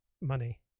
money